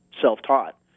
self-taught